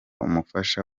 umufasha